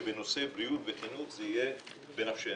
שבנושא בריאות וחינוך זה יהיה בנפשנו.